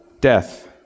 death